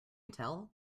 tell